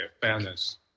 fairness